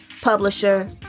publisher